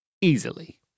Easily